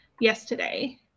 yesterday